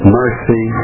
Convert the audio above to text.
mercy